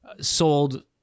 sold